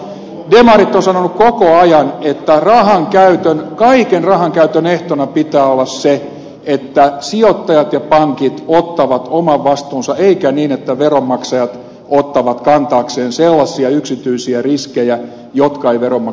demarit ovat sanoneet koko ajan että kaiken rahankäytön ehtona pitää olla se että sijoittajat ja pankit ottavat oman vastuunsa eikä niin että veronmaksajat ottavat kantaakseen sellaisia yksityisiä riskejä jotka eivät veronmaksajille kuulu